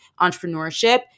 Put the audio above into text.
entrepreneurship